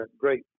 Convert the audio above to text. great